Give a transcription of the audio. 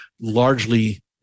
largely